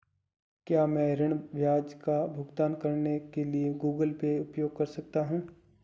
क्या मैं ऋण ब्याज का भुगतान करने के लिए गूगल पे उपयोग कर सकता हूं?